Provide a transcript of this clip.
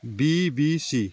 BBC